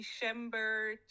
December